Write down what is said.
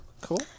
Cool